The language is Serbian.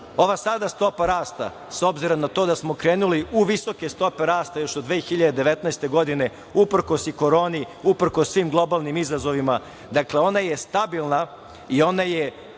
Ova sada stopa rasta, s obzirom na to da smo krenuli u visoke stope rasta još od 2019. godine, uprkos i koroni, uprkos svim globalnim izazovima, dakle, ona je stabilna, i ona je